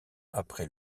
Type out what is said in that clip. après